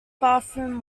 bathroom